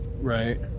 Right